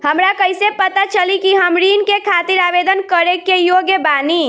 हमरा कइसे पता चली कि हम ऋण के खातिर आवेदन करे के योग्य बानी?